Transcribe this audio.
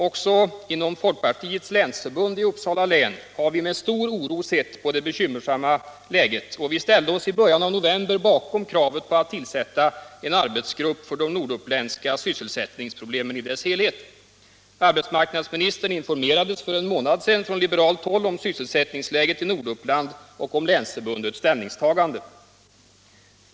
Också inom folkpartiets länsförbund i Uppsala län har vi med stor oro sett på det bekymmersamma läget, och vi ställde oss i början av november bakom kravet på en arbetsgrupp för de norduppländska sysselsättningsproblemen i deras helhet. Arbetsmarknadsministern informerades för en månad sedan från liberalt håll om sysselsättningsläget i Norduppland och om länsförbundets ställningstagande.